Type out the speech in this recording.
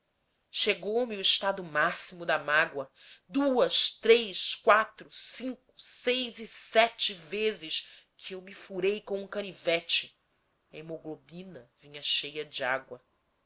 chegou-me o estado máximo da mágoa duas três quatro cinco seis e sete vezes que eu me furei com um canivete a hemoglobina vinha cheia de água